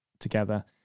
together